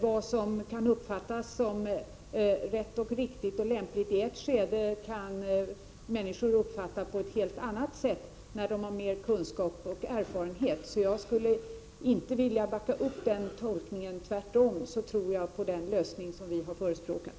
Vad som kan uppfattas som riktigt och lämpligt i ett skede kan människor uppfatta på ett helt annat sätt när de har större kunskaper och erfarenhet. Jag ställer mig alltså inte bakom Jan Anderssons tolkning. Tvärtom tror jag på den lösning som vi har förespråkat.